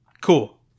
cool